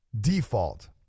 default